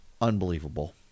unbelievable